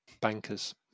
bankers